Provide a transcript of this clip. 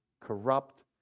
corrupt